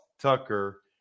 Tucker